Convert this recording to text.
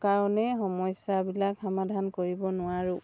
কাৰণেই সমস্যাবিলাক সমাধান কৰিব নোৱাৰোঁ